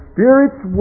Spirit's